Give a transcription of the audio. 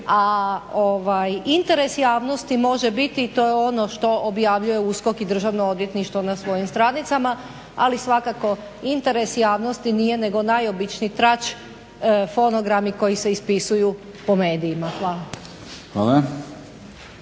a interes javnosti može biti i to je ono što objavljuje USKOK i Državno odvjetništvo na svojim stranicama, ali svakako interes javnosti nije nego najobičniji trač, fonogrami koji se ispisuju po medijima. Hvala.